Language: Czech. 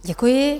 Děkuji.